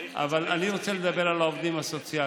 אני רוצה לדבר על העובדים הסוציאליים,